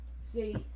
See